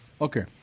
Okay